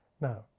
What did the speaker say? Now